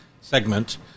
segment